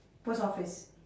post office